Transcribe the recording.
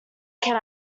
can